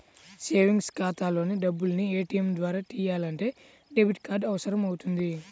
savings ఖాతాలోని డబ్బుల్ని ATM ద్వారా తియ్యాలంటే డెబిట్ కార్డు అవసరమవుతుంది